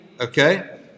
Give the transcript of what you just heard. Okay